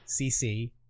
CC